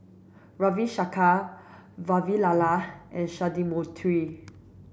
Ravi Shankar Vavilala and Sundramoorthy